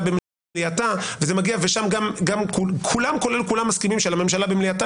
במליאתה ושם גם כולם כולל כולם מסכימים שעל הממשלה במליאתה